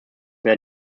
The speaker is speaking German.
wäre